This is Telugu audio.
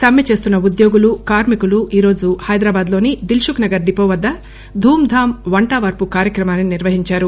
సమ్మె చేస్తున ఉద్భోగుల కార్మికులు ఈరోజు హైదరాబాదులో దిల్ సుక్ నగర్ డివో వద్ద ధూంధాం వంటా వార్పు కార్యకమాన్ని నిర్వహించారు